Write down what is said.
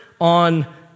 on